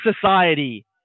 society